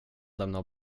lämna